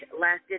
lasted